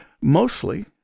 mostly